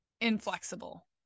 inflexible